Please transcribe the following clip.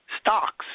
Stocks